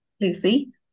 Lucy